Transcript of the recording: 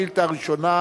השאילתא הראשונה